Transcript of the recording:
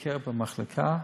לבקר במחלקה,